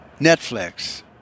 Netflix